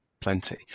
plenty